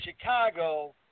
Chicago